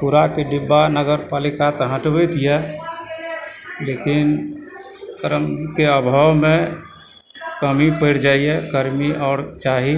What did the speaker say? कूड़ाके डिब्बा नगरपालिका तऽ हटबैत यऽ लेकिन क्रमके आभावमे कमी पड़ि जाइए कर्मी आओर चाही